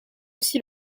aussi